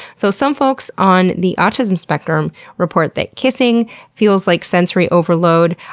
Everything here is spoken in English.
so some folks on the autism spectrum report that kissing feels like sensory overload,